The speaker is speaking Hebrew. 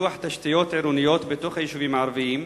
לפיתוח תשתיות עירוניות בתוך היישובים הערביים,